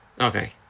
Okay